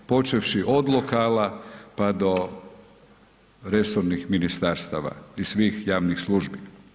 Počevši od lokala pa do resornih ministarstva i svih javnih službi.